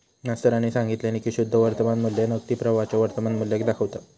मास्तरानी सांगितल्यानी की शुद्ध वर्तमान मू्ल्य नगदी प्रवाहाच्या वर्तमान मुल्याक दाखवता